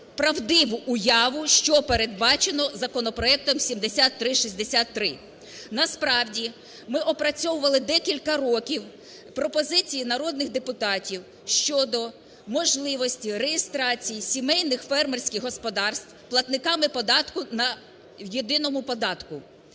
правдиву уяву, що передбачено законопроектом 7363. Насправді, ми опрацьовували декілька років пропозиції народних депутатів щодо можливості реєстрації сімейних фермерських господарств платниками податку на єдиному податку.